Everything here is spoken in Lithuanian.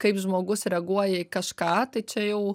kaip žmogus reaguoja į kažką tai čia jau